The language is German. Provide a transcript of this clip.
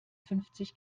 fünfzig